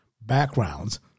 backgrounds